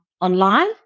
online